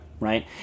Right